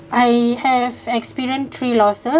I have experience three losses